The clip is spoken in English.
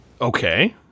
Okay